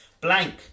Blank